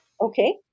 Okay